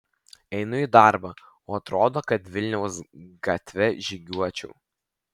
einu į darbą o atrodo kad vilniaus gatve žygiuočiau